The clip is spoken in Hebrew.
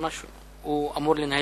מס' 2992,